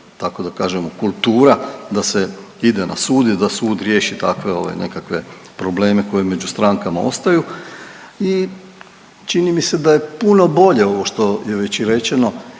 tako da kažem kultura da se ide na sud i da sud riješi takve nekakve probleme koje među strankama ostaju i čini mi se da je puno bolje ovo što je već i rečeno,